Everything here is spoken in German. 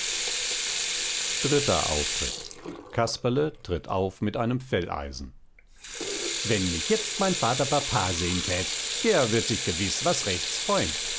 dritter auftritt casperle tritt auf mit einem felleisen wenn mich jetzt mein vater papa sehen thät der würd sich gewiss was rechts freuen